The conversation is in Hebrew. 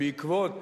ובעקבות